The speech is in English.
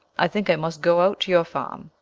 i think i must go out to your farm,